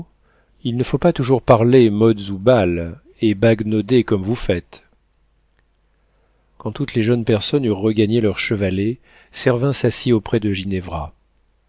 il ne faut pas toujours parler modes ou bals et baguenauder comme vous faites quand toutes les jeunes personnes eurent regagné leurs chevalets servin s'assit auprès de